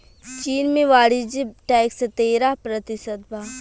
चीन में वाणिज्य टैक्स तेरह प्रतिशत बा